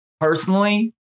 personally